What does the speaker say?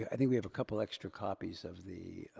yeah i think we have a couple extra copies of the,